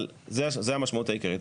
אבל זו המשמעות העיקרית.